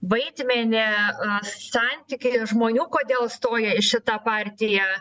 vaidmenį santykyje žmonių kodėl stoja į šitą partiją